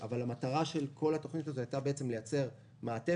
אבל המטרה של כל התוכנית הזאת הייתה לייצר מעטפת,